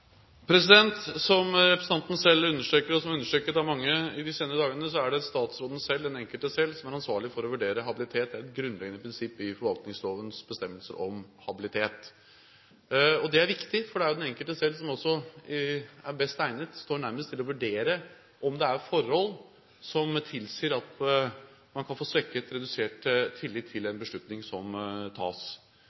Som representanten selv understreker, og som er understreket av mange i de senere dagene, er det statsråden selv, den enkelte selv, som er ansvarlig for å vurdere habilitet. Det er et grunnleggende prinsipp i forvaltningslovens bestemmelser om habilitet. Det er viktig, for det er den enkelte selv som også er best egnet og er nærmest til å vurdere om det er forhold som tilsier at man kan få svekket eller redusert tillit til en beslutning som tas.